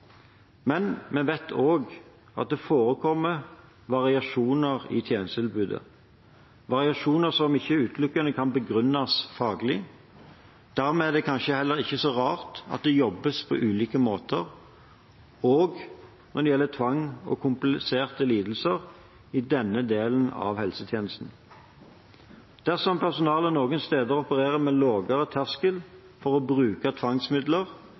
Men vi vet også at det forekommer variasjoner i tjenestetilbudet – variasjoner som ikke utelukkende kan begrunnes faglig. Dermed er det kanskje heller ikke så rart at det jobbes på ulike måter – også når det gjelder tvang og kompliserte lidelser – i denne delen av helsetjenesten. Dersom personalet noen steder opererer med en lavere terskel for å bruke tvangsmidler